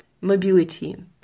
mobility